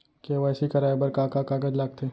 KYC कराये बर का का कागज लागथे?